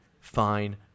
fine